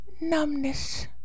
numbness